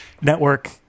network